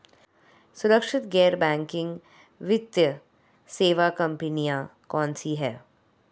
सुरक्षित गैर बैंकिंग वित्त सेवा कंपनियां कौनसी हैं?